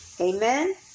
Amen